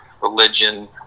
religion